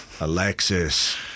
Alexis